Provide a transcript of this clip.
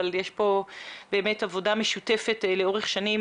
אבל יש כאן באמת עבודה משותפת לאורך שנים.